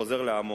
חוזר לעמו.